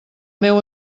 meu